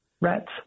rats